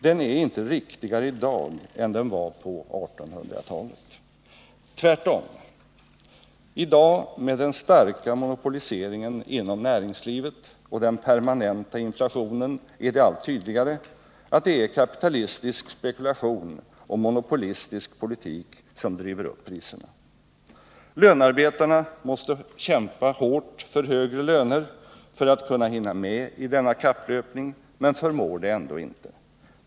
Den är inte riktigare i dag än den var på 1800-talet. Tvärtom. I dag, med den starka monopoliseringen inom näringslivet och den permanenta inflationen, är det allt tydligare att det är kapitalistisk spekulation och monopolistisk politik som driver upp priserna. Lönarbetarna måste hårt kämpa för högre löner för att kunna hinna med i denna kapplöpning, men förmår det ändå inte.